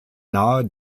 nahe